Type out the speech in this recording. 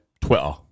Twitter